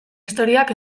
istorioak